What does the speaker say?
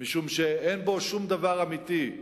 משום שאין בו שום דבר אמיתי.